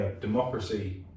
democracy